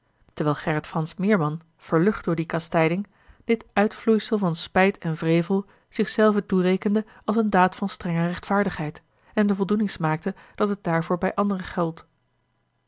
terwijl gerrit fransz meerman verlucht door die kastijding die uitvloeisel van spijt en wrevel zich zelven toerekende als eene daad van strenge rechtvaardigheid en de voldoening smaakte dat het daarvoor bij anderen gold